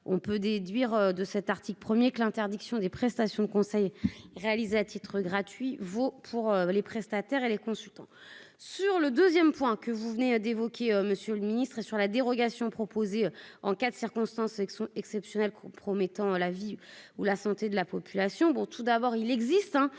on peut déduire de cet article 1er que l'interdiction des prestations de conseil, réalisé à titre gratuit, vaut pour les prestataires et les consultants. Sur le 2ème point. Que vous venez d'évoquer Monsieur le Ministre, sur la dérogation proposée en cas de circonstances avec son compromettant la vie ou la santé de la population, bon, tout d'abord, il existe